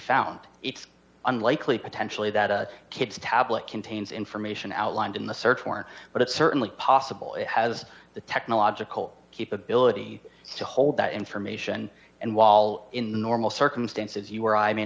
found it's unlikely potentially that a kid's tablet contains information outlined in the search warrant but it's certainly possible it has the technological capability to hold that information and wall in normal circumstances you or i may